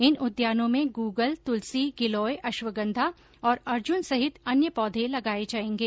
इन उद्यानों में गूगल तुलसी गिलोय अश्वगंधा और अर्जुन सहित अन्य पौधे लगाये जायेंगे